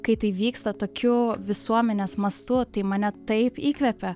kai tai vyksta tokiu visuomenės mastu tai mane taip įkvepia